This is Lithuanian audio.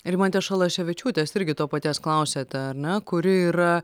rimantės šalaševičiūtės irgi to paties klausėte ar ne kurių yra